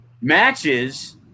matches